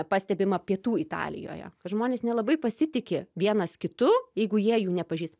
pastebima pietų italijoje žmonės nelabai pasitiki vienas kitu jeigu jie jų nepažįsta